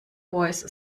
voice